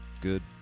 good